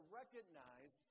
recognize